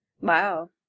Wow